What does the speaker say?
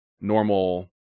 normal